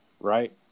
right